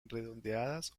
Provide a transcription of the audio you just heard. redondeadas